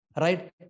right